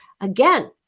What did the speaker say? again